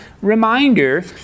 reminder